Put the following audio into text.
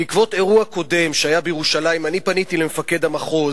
בעקבות אירוע קודם שהיה בירושלים אני פניתי למפקד המחוז